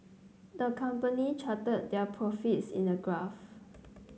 the company charted their profits in the graph